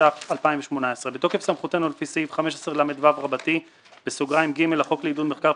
התשע"ח 2018 בתוקף סמכותנו לפי סעיף 15לו(ג) לחוק לעידוד מחקר,